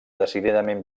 decididament